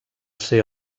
ser